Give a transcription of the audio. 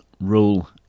rule